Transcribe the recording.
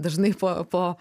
dažnai po po